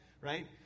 right